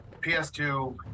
ps2